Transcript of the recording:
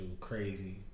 crazy